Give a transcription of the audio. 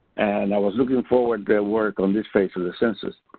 and i was looking forward to work on this phase of the census.